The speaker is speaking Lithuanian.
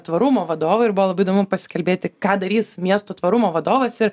tvarumo vadovą ir buvo labai įdomu pasikalbėti ką darys miesto tvarumo vadovas ir